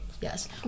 Yes